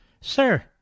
Sir